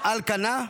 על כנה,